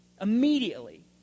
Immediately